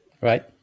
Right